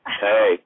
Hey